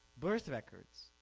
birth records,